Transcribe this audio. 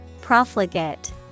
Profligate